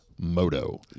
Moto